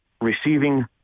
receiving